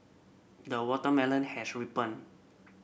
the watermelon has ripened